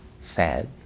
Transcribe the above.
sad